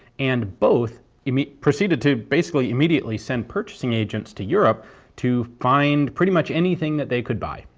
and both i mean proceeded to basically immediately send purchasing agents to europe to find pretty much anything that they could buy.